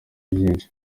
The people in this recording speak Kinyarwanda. byinshi